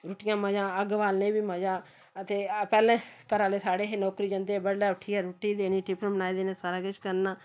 रुट्टियां मज़ा अग्ग बालने गी बी मज़ा ते पैह्लें घरै आह्लें साढ़े हे नौकरी जंदे हे बडलै उट्ठियै रुट्टी देनी टिफन बनाई देने सारा किश करना